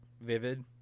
vivid